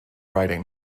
riding